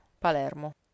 Palermo